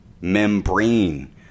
Membrane